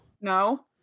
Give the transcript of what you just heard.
no